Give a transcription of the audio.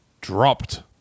dropped